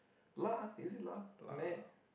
lah is it lah meh